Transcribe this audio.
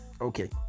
Okay